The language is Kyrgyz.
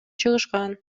чыгышкан